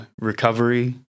recovery